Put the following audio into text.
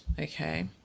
Okay